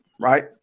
right